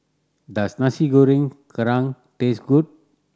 does Nasi Goreng Kerang taste good